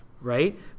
right